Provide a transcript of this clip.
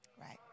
Right